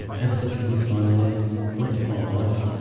had such a good time. there went with my wife